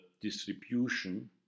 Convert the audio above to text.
distribution